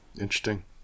interesting